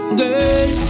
girl